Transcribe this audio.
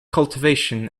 cultivation